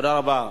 תודה רבה.